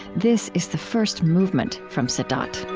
this is the first movement from sadat.